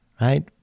right